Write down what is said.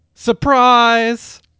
Surprise